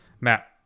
matt